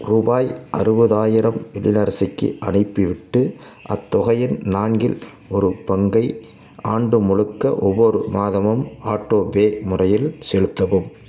ரூபாய் அறுபதாயிரம் எழிலரசிக்கி அனுப்பிவிட்டு அத்தொகையின் நான்கில் ஒரு பங்கை ஆண்டு முழுக்க ஒவ்வொரு மாதமும் ஆட்டோபே முறையில் செலுத்தவும்